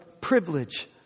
privilege